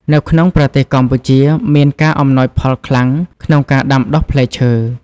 នៅក្នុងប្រទេសកម្ពុជាមានការ អំណោយផលខ្លាំង ក្នុងការដាំដុះផ្លែឈើ។